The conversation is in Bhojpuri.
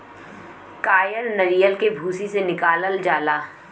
कायर नरीयल के भूसी से निकालल जाला